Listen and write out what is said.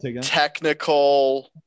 technical